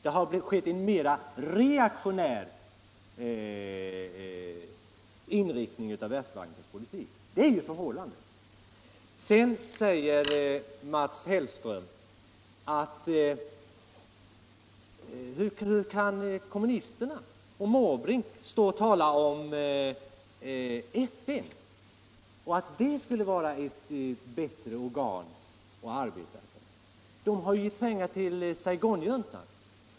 Det har blivit en mer reaktionär inriktning av Världsbankens politik. Det är förhållandet. Sedan frågar Mats Hellström hur kommunisterna och Måbrink kan stå och tala om FN som ett bättre organ att arbeta inom — FN ger ju pengar till Saigonjuntan.